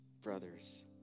Brothers